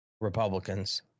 Republicans